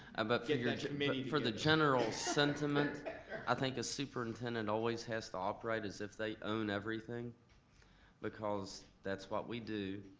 but i mean for the general sentiment i think a superintendent always has to operate as if they own everything because that's what we do.